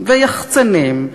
ויחצנים,